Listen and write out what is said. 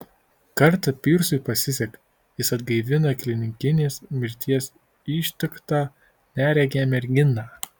kartą pyrsui pasiseka jis atgaivina klinikinės mirties ištiktą neregę merginą